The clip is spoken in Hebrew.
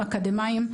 אקדמאים,